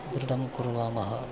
धृतं कुर्मः